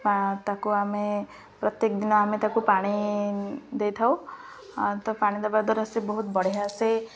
ତାକୁ ଆମେ ପ୍ରତ୍ୟେକ ଦିନ ଆମେ ତାକୁ ପାଣି ଦେଇଥାଉ ତ ପାଣି ଦେବା ଦ୍ୱାରା ସେ ବହୁତ ବଢ଼ିଆ ସେ